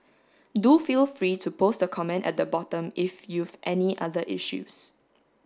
do feel free to post a comment at the bottom if you've any other issues